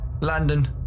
Landon